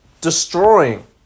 destroying